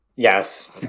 Yes